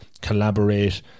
collaborate